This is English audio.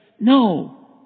No